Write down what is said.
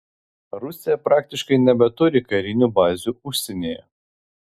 rusija praktiškai nebeturi karinių bazių užsienyje